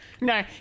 No